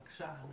בבקשה, ענת.